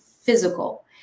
physical